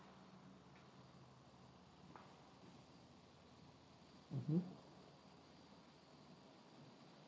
mmhmm